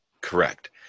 Correct